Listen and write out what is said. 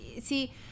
see